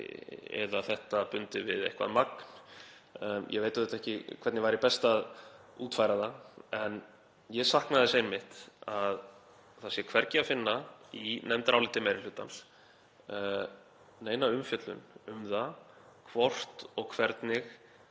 eða þetta bundið við eitthvert magn. Ég veit auðvitað ekki hvernig væri best að útfæra það. En ég sakna þess einmitt að hvergi sé að finna í nefndaráliti meiri hlutans neina umfjöllun um það hvort og hvernig